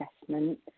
assessment